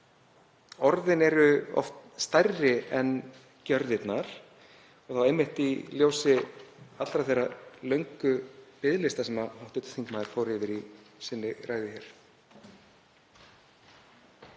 orðin eru oft stærri en gjörðirnar, þá einmitt í ljósi allra þeirra löngu biðlista sem hv. þingmaður fór yfir í ræðu